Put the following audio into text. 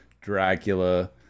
Dracula